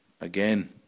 again